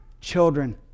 children